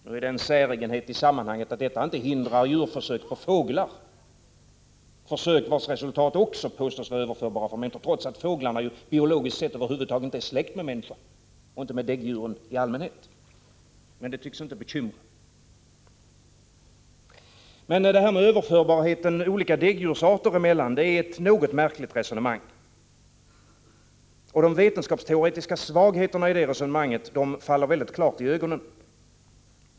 Det är en säregenhet i sammanhanget att detta inte hindrar djurförsök på fåglar, försök vars resultat också påstås vara överförbara på människor, trots att fåglarna ju biologiskt sett över huvud taget inte är släkt med människan och inte med däggdjuren i allmänhet. Men det tycks inte bekymra. Detta med överförbarheten olika däggdjursarter emellan är ett något märkligt resonemang. De vetenskapsteoretiska svagheterna i det resonemanget faller klart i ögonen.